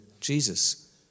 Jesus